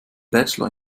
bachelor